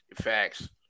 Facts